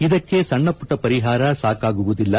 ಇದಕ್ಕೆ ಸಣ್ಣಪುಟ್ಟ ಪರಿಹಾರ ಸಾಕಾಗುವುದಿಲ್ಲ